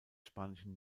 spanischen